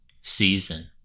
season